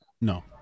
No